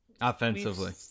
offensively